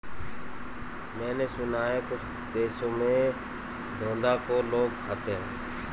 मैंने सुना है कुछ देशों में घोंघा को लोग खाते हैं